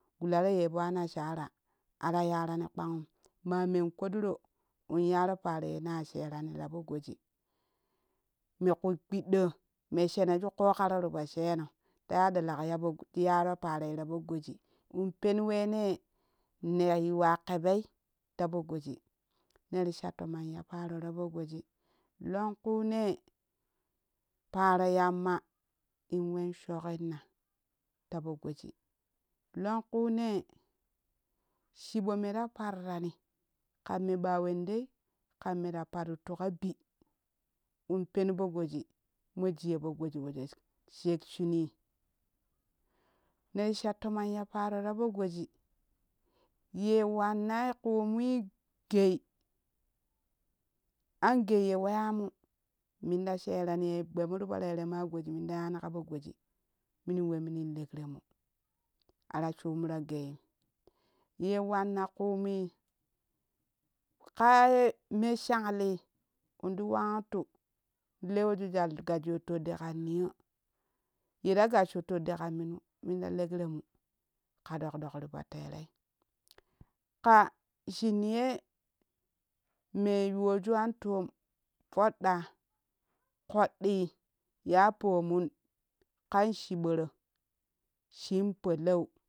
Gulara ye poo anasara ara yarani kpanrpam ma men koɗuro in yar parayena sherani ka poo goji me kui kpiɗɗo me shenoju koko ro tipoo sheno ta ya ɗalak yapo ti yaro paroi ta po goji in pen wene nera yuwa ƙebei ta poo goji neri sha tomon ya paaro rapo goji lonkuune paaro yamma inwe shokrina tapo goji lonkune chibomera parrani ka me ɓawendei kan mera parittu ka bi in penpoo goji mo jiye po goji wejo shek shunii neri sha tomon ya parora po goji ye wannan ku mooo gei angei ye weyamu minta shera ni ya gbeemu ti po re-re ma goji minta yanika poo goji minin we minin lekremu ara shumu ra geyin ye wanna kumui ƙaye me shan lii inti wauntu leweju jwal gasyo toɗɗi ƙan niyo yera gasshe toɗɗiƙan minu minta lekremu ƙa ɗok-ɗok tipo tere ƙaa shinniye me yuwoju an toom toodɗa ƙoɗɗi ya pomun ƙan chiboro shin polou